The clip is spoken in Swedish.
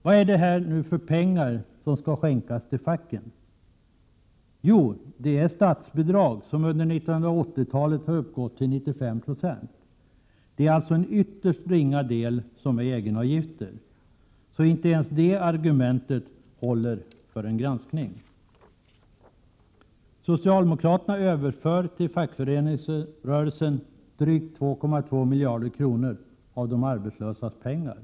Vad är det för pengar som skall skänkas till facket? Jo, det är statsbidrag, som under 1980-talet har uppgått till 95 96. Det är alltså en ytterst ringa del som är egenavgifter. Så inte ens det argumentet håller för en granskning. Socialdemokraterna överför till fackföreningsrörelsen drygt 2,2 miljarder kronor av de arbetslösas pengar.